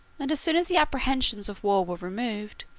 and as soon as the apprehensions of war were removed,